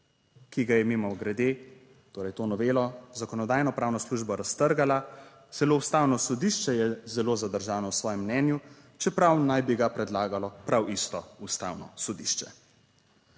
ki ga je mimogrede, torej to novelo, Zakonodajno-pravna služba raztrgala, celo Ustavno sodišče je zelo zadržano v svojem mnenju, čeprav naj bi ga predlagalo prav isto Ustavno sodišče.